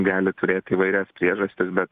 gali turėti įvairias priežastis bet